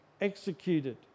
executed